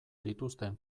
dituzten